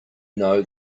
know